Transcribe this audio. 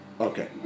Okay